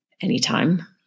anytime